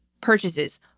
purchases